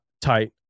tight